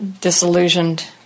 disillusioned